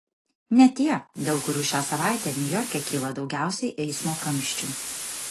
ne tie dėl kurių šią savaitę niujorke kyla daugiausiai eismo kamščių